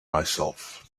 myself